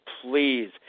please